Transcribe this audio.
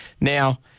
Now